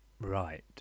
Right